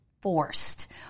forced